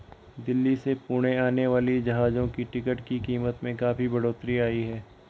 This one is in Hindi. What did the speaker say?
दिल्ली से पुणे आने वाली जहाजों की टिकट की कीमत में काफी बढ़ोतरी आई है